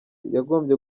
yagombye